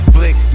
Blick